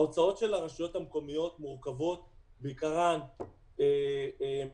ההוצאות של הרשויות המקומיות מורכבות בעיקרן